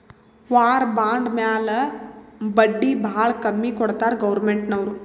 war bond ಮ್ಯಾಲ ಬಡ್ಡಿ ಭಾಳ ಕಮ್ಮಿ ಕೊಡ್ತಾರ್ ಗೌರ್ಮೆಂಟ್ನವ್ರು